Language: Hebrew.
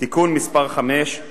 (תיקון מס' 5),